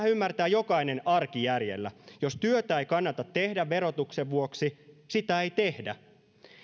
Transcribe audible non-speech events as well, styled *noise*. *unintelligible* ymmärtää jokainen arkijärjellä jos työtä ei kannata tehdä verotuksen vuoksi sitä ei tehdä